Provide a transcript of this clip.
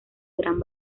gran